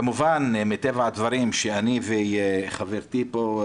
כמובן, מטבע הדברים שאני וחברתי פה,